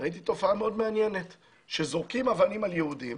וראיתי תופעה מאוד מעניינת כשזורקים אבנים על יהודים,